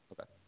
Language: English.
Okay